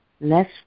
less